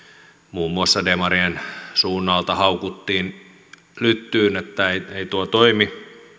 muun muassa demarien suunnalta haukuttiin lyttyyn että ei tuo toimi